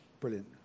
Brilliant